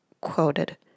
quoted